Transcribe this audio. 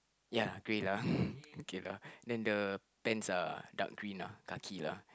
ya gray lah okay lah then the pants are dark green ah khaki ah